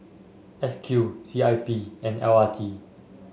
S Q C I P and L R T